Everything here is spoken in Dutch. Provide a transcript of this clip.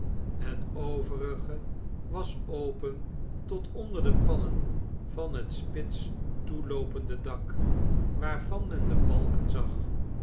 het overige was open tot onder de pannenvanhet spits toeloopende dak waarvan men debalken zag